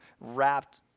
wrapped